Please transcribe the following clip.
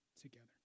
together